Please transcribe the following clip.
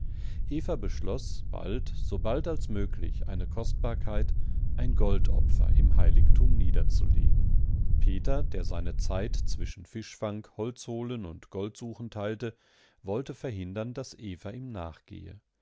eva beschloß bald so bald als möglich eine kostbarkeit ein goldopfer im heiligtum niederzulegen peter der seine zeit zwischen fischfang holzholen und goldsuchen teilte wollte verhindern daß eva ihm nachgehe